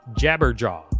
Jabberjaw